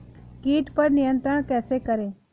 कीट पर नियंत्रण कैसे करें?